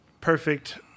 perfect